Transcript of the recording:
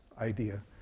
idea